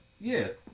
Yes